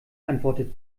antwortet